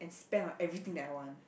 spend on everything that I want